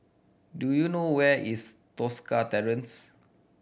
do you know where is Tosca Terrace